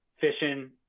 fishing